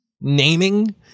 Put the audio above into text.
naming